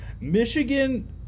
michigan